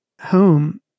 home